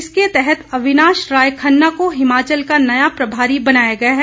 इसके तहत अविनाश राय खन्ना को हिमाचल का नया प्रभारी बनाया गया है